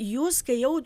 jūs kai jau